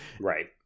right